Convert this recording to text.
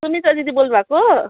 सुनिता दिदी बोल्नु भएको